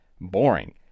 boring